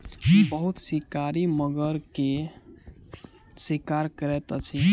बहुत शिकारी मगर के शिकार करैत अछि